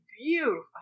beautiful